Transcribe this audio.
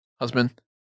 husband